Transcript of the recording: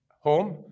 home